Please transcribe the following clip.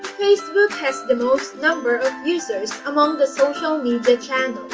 facebook has the most number of users among the social media channels.